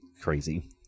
crazy